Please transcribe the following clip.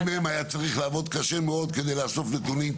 וגם הממ"מ היה צריך לעבוד קשה מאוד כדי לאסוף נתונים,